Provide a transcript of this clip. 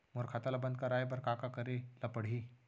मोर खाता ल बन्द कराये बर का का करे ल पड़ही?